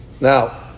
Now